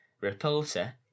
Reporter